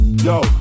Yo